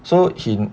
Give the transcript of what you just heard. so he